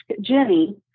Jenny